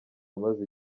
amaze